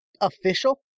Official